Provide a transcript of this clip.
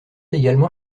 également